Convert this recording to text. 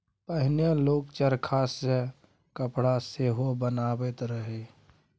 पहिने लोक चरखा सँ कपड़ा सेहो बनाबैत रहय